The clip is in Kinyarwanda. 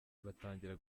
batangira